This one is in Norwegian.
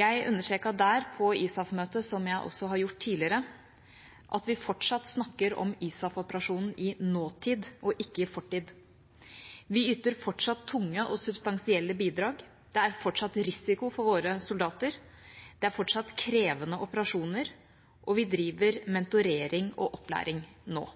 Jeg understreket på ISAF-møtet der, som jeg også har gjort tidligere, at vi fortsatt snakker om ISAF-operasjonen i nåtid – ikke i fortid. Vi yter fortsatt tunge og substansielle bidrag, det er fortsatt risiko for våre soldater, det er fortsatt krevende operasjoner, og vi driver mentorering og opplæring nå.